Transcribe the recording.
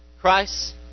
Christ